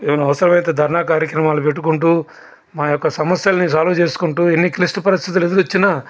ఏమన్నా అవసరమైతే ధర్నా కార్యక్రమాలు పెట్టుకుంటూ మా యొక్క సమస్యలని సాల్వ్ చేసుకుంటూ ఎన్ని క్లిష్ట పరిస్థితులు ఎదురొచ్చినా